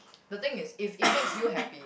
the thing is if it makes you happy